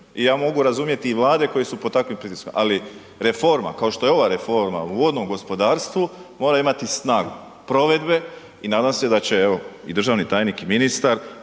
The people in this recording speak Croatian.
I ja mogu razumjeti i vlade koje su pod takvim pritiskom, ali reforma kao što je ova reforma u vodnom gospodarstvu mora imati snagu provedbe i nadam se da će evo i državni tajnik i ministar,